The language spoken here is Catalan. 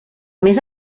més